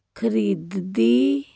ਖਰੀਦਦੀ